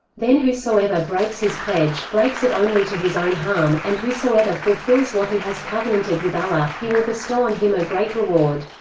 then whosoever breaks his pledge, breaks it only to his own harm, and whosoever fulfils what he has covenanted with allah, he will bestow on him a great reward.